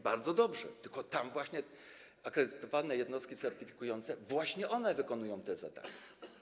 Bardzo dobrze, tylko tam właśnie akredytowane jednostki certyfikujące wykonują te zadania.